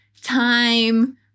time